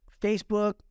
Facebook